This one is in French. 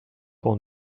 pour